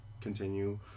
continue